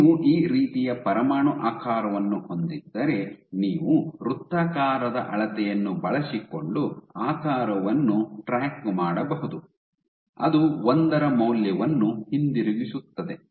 ನೀವು ಈ ರೀತಿಯ ಪರಮಾಣು ಆಕಾರವನ್ನು ಹೊಂದಿದ್ದರೆ ನೀವು ವೃತ್ತಾಕಾರದ ಅಳತೆಯನ್ನು ಬಳಸಿಕೊಂಡು ಆಕಾರವನ್ನು ಟ್ರ್ಯಾಕ್ ಮಾಡಬಹುದು ಅದು ಒಂದರ ಮೌಲ್ಯವನ್ನು ಹಿಂದಿರುಗಿಸುತ್ತದೆ